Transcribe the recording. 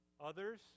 Others